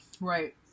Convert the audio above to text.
Right